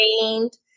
trained